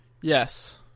Yes